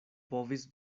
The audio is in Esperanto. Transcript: povis